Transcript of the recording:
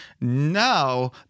now